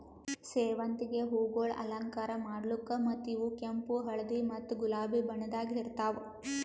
ಸೇವಂತಿಗೆ ಹೂವುಗೊಳ್ ಅಲಂಕಾರ ಮಾಡ್ಲುಕ್ ಮತ್ತ ಇವು ಕೆಂಪು, ಹಳದಿ ಮತ್ತ ಗುಲಾಬಿ ಬಣ್ಣದಾಗ್ ಇರ್ತಾವ್